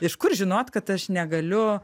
iš kur žinot kad aš negaliu